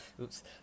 Oops